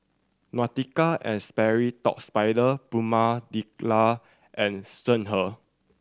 Nautica and Sperry Top Sider Prima and Songhe